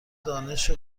دانش